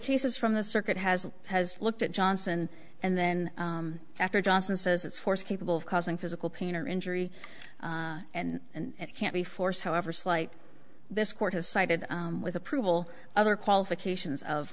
cases from the circuit has has looked at johnson and then after johnson says it's force capable of causing physical pain or injury and and it can't be forced however slight this court has sided with approval other qualifications of